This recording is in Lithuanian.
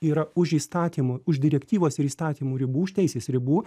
yra už įstatymo už direktyvos ir įstatymų ribų už teisės ribų